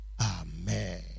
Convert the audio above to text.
Amen